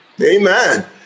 Amen